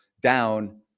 down